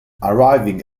arriving